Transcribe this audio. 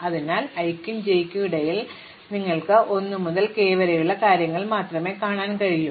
അതിനാൽ i നും j നും ഇടയിൽ നിങ്ങൾക്ക് 1 മുതൽ k വരെയുള്ള കാര്യങ്ങൾ മാത്രമേ കാണാൻ കഴിയൂ